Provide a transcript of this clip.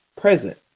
present